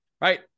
Right